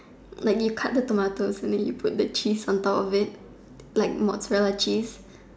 like you cut the tomatoes and then you put the cheese on top of it like mozzarella cheese